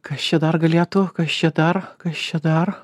kas čia dar galėtų kas čia dar kas čia dar